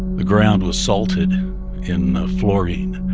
the ground was salted in fluorine,